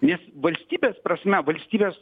nes valstybės prasme valstybės